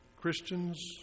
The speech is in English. Christians